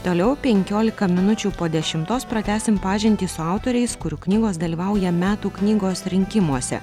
toliau penkiolika minučių po dešimtos pratęsim pažintį su autoriais kurių knygos dalyvauja metų knygos rinkimuose